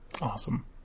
awesome